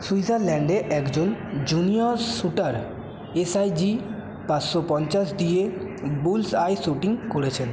সুইজারল্যান্ডে একজন junior shooter SIG পাঁচশো পঞ্চাশ দিয়ে বুলস আই শুটিং করেছেন